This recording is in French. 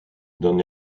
d’un